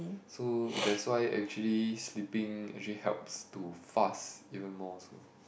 so that's why actually sleeping actually helps to fast even more also